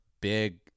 big